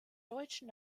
deutschen